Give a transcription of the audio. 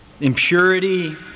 Impurity